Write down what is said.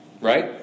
right